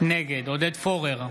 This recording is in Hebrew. נגד עודד פורר,